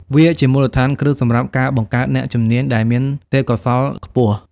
វាជាមូលដ្ឋានគ្រឹះសម្រាប់ការបង្កើតអ្នកជំនាញដែលមានទេពកោសល្យខ្ពស់។